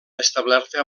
establerta